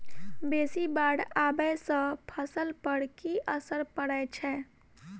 बेसी बाढ़ आबै सँ फसल पर की असर परै छै?